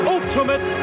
Ultimate